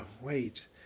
Wait